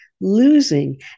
losing